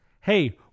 hey